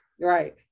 Right